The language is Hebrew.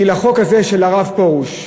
כי לחוק הזה של הרב פרוש,